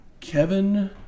Kevin